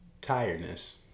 tiredness